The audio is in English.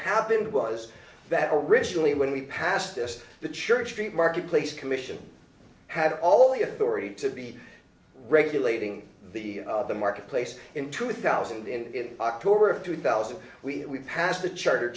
happened was that originally when we passed this the church street marketplace commission had all the authority to be regulating the the marketplace in two thousand in october of two thousand we passed a charter